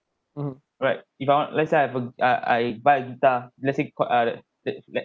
right if I want let's say I have a I I buy a guitar let's say quite ah like let let